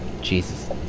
Jesus